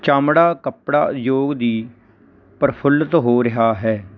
ਚਮੜਾ ਕੱਪੜਾ ਉਦਯੋਗ ਦੀ ਪ੍ਰਫੁੱਲਤ ਹੋ ਰਿਹਾ ਹੈ